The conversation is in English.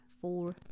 four